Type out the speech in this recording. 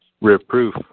Reproof